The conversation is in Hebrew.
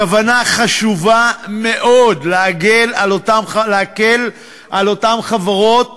הכוונה חשובה מאוד, להקל על אותן חברות